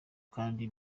kandi